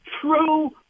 true